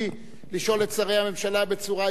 לשאול את שרי הממשלה בצורה ישירה,